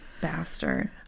bastard